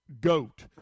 GOAT